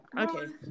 Okay